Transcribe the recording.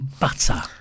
butter